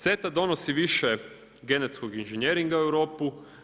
CETA donosi više genetskog inženjeringa u Europu.